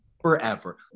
forever